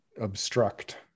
obstruct